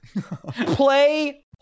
play